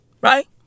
Right